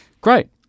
great